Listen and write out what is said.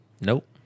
Nope